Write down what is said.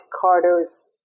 Carter's